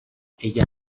ella